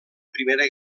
primera